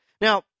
Now